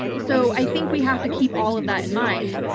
so i think we have to keep all of that in mind.